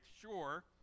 sure